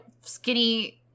skinny